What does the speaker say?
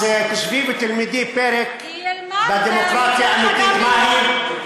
אז תשבי ותלמדי פרק ב' דמוקרטיה אמיתית מהי.